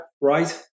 right